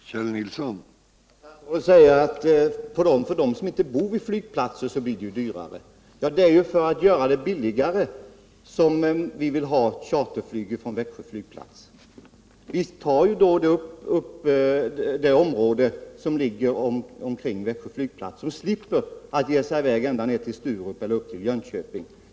Herr talman! Statsrådet säger att det blir dyrare för dem som inte bor vid flygplatser. Ja, det är för att göra det billigare för resenärerna som vi vill ha chartertrafik från Växjö flygplats. Det blir billigare för de människor som bor inom det upptagningsområde som ligger runt Växjö, om de slipper att bege sig till Sturup eller till Jönköping.